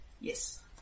Yes